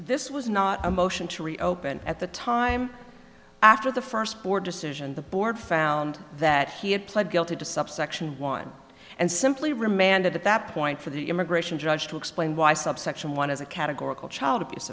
this was not a motion to reopen at the time after the first board decision the board found that he had pled guilty to subsection one and simply remanded at that point for the immigration judge to explain why subsection one is a categorical child abuse